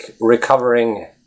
recovering